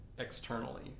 externally